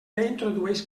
introdueix